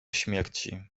śmierci